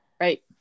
right